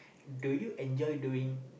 do you enjoy doing